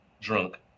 drunk